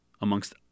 amongst